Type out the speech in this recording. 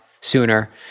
sooner